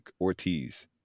Ortiz